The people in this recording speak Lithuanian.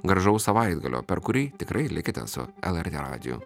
gražaus savaitgalio per kurį tikrai likite su lrt radiju